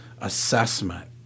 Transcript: assessment